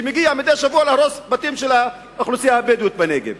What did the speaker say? שמגיע מדי שבוע להרוס בתים של האוכלוסייה הבדואית בנגב.